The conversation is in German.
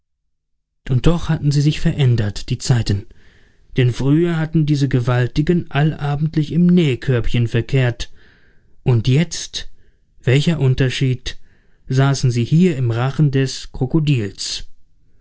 und doch hatten sie sich verändert die zeiten denn früher hatten diese gewaltigen allabendlich im nähkörbchen verkehrt und jetzt welcher unterschied saßen sie hier im rachen des krokodils